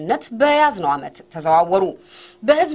and that's what's